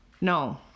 no